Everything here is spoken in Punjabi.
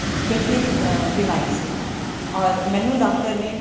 ਗਠੀਏ ਦੀ ਬਿਮਾਰੀ ਸੀ ਔਰ ਮੈਨੂੰ ਡਾਕਟਰ ਨੇ